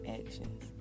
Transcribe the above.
actions